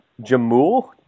Jamul